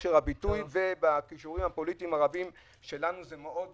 ובכושר הביטוי ובכישורים הפוליטיים הרבים שלנו זה מועיל,